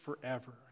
forever